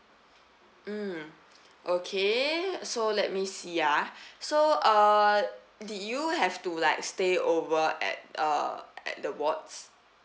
mm okay so let me see ah so uh did you have to like stay over at uh at the wards